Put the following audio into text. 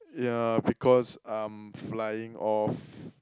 yeah because I'm flying off